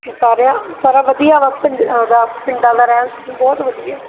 ਸਾਰਿਆਂ ਸਾਰਾ ਵਧੀਆ ਵਾ ਪਿੰਡਾਂ ਦਾ ਪਿੰਡਾਂ ਦਾ ਰਹਿਣ ਬਹੁਤ ਵਧੀਆ